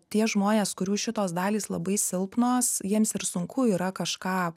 tie žmonės kurių šitos dalys labai silpnos jiems ir sunku yra kažką